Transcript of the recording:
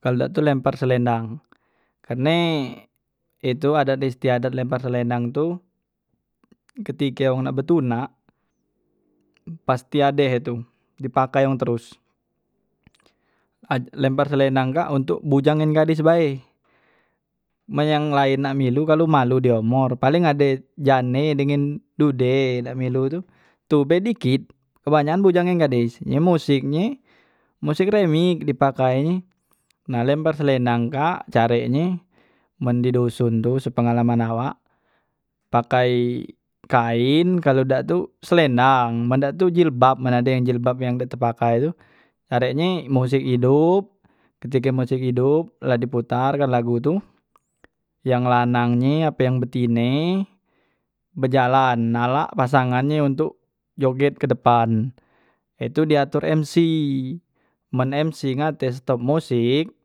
kalu dak tu lempar slendang karne itu adat istiadat lempar slendang tu ketike wong nak betunak pasti ade he tu di pakai wong teros ad lempar slendang kak untuk bujang ngan gades bae men yang lain nak milu kalu malu di omor paling ade jane dengen dude nak milu tu tu be dikit kebanyakan bujang ngan gadis, musiknye musik remik di pakai nye nah lempar slendang kak carenye men di doson tu sepengalaman awak pakai kain kalu dak tu slendang men dak tu jilbab men ade jilbab yang dak te pakai tu, carenye musek idop ketike musek idop la di putar kan lagu tu yang lanang nye ape yang betine bejalan nalak pasangan nye untuk joget ke depan he tu di atur mc, men mc ngate stop musik.